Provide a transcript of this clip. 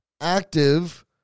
active